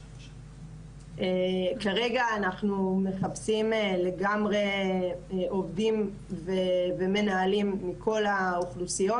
כרגע אנחנו מחפשים לגמרי עובדים ומנהלים מכל האוכלוסיות,